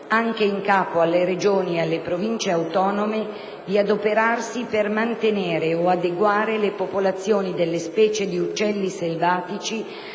anche in capo alle Regioni e alle Province autonome, di adoperarsi per mantenere o adeguare le popolazioni delle specie di uccelli selvatici